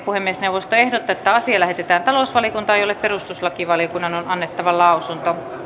puhemiesneuvosto ehdottaa että asia lähetetään talousvaliokuntaan jolle perustuslakivaliokunnan on annettava lausunto